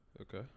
Okay